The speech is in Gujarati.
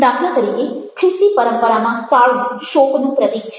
દાખલા તરીકે ખ્રિસ્તી પરંપરામાં કાળું શોકનું પ્રતીક છે